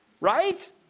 right